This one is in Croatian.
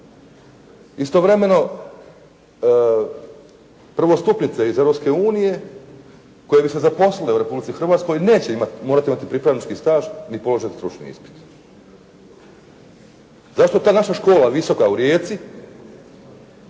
Istovremeno prvostupnice iz Europske unije koje bi se zaposlile u Republici Hrvatskoj neće morati imati pripravnički staž, ni položen stručni ispit. Zašto ta naša škola visoka u Rijeci